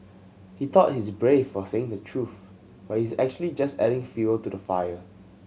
he thought he's brave for saying the truth but he's actually just adding fuel to the fire